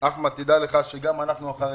אחמד, תדע לך שגם אנחנו, החרדים,